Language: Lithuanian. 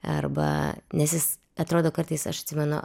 arba nes jis atrodo kartais aš atsimenu